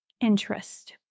interest